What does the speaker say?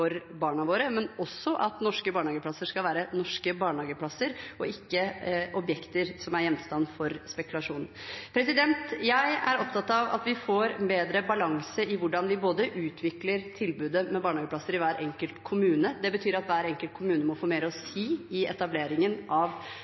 barna våre, men også at norske barnehageplasser skal være norske barnehageplasser, og ikke objekter som er gjenstand for spekulasjon. Jeg er opptatt av at vi får en bedre balanse i hvordan vi utvikler tilbudet av barnehageplasser i hver enkelt kommune. Det betyr at hver enkelt kommune må få mer å si i etableringen av